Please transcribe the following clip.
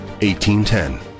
1810